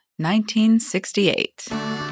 1968